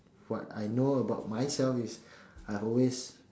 what I know about myself is I've always